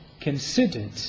considered